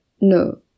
no